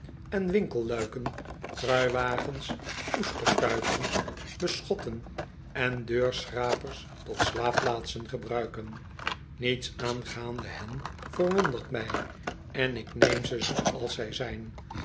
en winkelluiken kruiwagens oesterkuipen beschotten en deurschrapers tot slaapplaatsen gebruiken niets aangaande hen verwondert mij en ik neem ze zooals zij zijn